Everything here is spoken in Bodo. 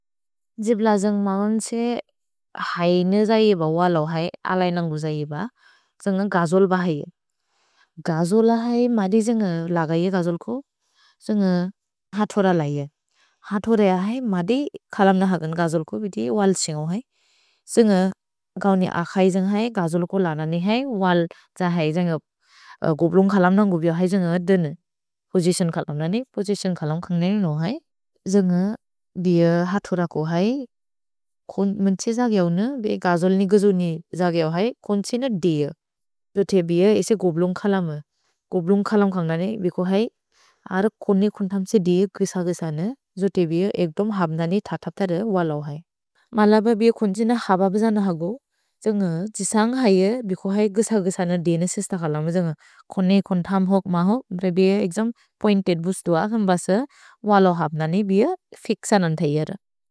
जिब्ल जन्ग् मौन् त्से हैने जयेब वलो है, अलै नन्गु जयेब। जन्ग् गजोल् ब है। गजोल् है मदि जन्ग् लगये गजोल् को। जन्ग् हतोर लै है। हतोर है मदि कलम् न हगन् गजोल् को, बिति वल् सिन्गो है। जन्ग् गौनि अखै जन्ग् है, गजोल् को लगने है। वल् जहै जन्ग् गोब्लोन्ग् कलम् नन्गु बिअ है, जन्ग् देन पोसितिओन् कलम् नने। पोसितिओन् कलम् खन्गने निनो है। जन्ग् बिअ हतोर को है। खोन्द् मन् त्से जगेओ न, बिअ गजोल् नि गजो नि जगेओ है। खोन्द् त्से न दिअ। जोते बिअ इसे गोब्लोन्ग् कलम्। गोब्लोन्ग् कलम् खन्गने बिको है। अर खोन्द्ने खोन्द्थम् त्से दिअ गिस गिस न। जोते बिअ एक्दोम् हब्दने थथथरे वलो है। मलब बिअ खोन्द् त्से न हबब् ज न हगो। जन्ग् जिसन्ग् है बिको है गिस गिस न दिन सिस्त कलम्। जन्ग् खोन्द्ने खोन्द्थम् होक् महोक्। रे बिअ एग्जम् पोइन्तेद् बूस्त् दोअ। अगम् बसे वलो हब्दने बिअ फिक्सने थैर्।